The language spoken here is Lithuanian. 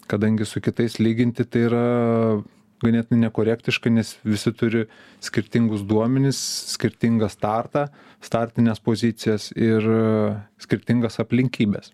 kadangi su kitais lyginti tai yra ganėtinai nekorektiška nes visi turi skirtingus duomenis skirtingą startą startines pozicijas ir skirtingas aplinkybes